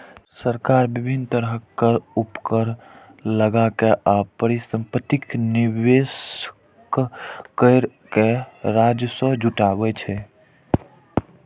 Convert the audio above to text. सरकार विभिन्न तरहक कर, उपकर लगाके आ परिसंपत्तिक विनिवेश कैर के राजस्व जुटाबै छै